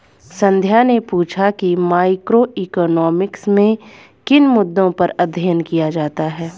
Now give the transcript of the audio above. संध्या ने पूछा कि मैक्रोइकॉनॉमिक्स में किन मुद्दों पर अध्ययन किया जाता है